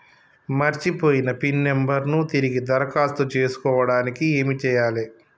మర్చిపోయిన PIN number ను తిరిగి దరఖాస్తు చేసుకోవడానికి ఏమి చేయాలే?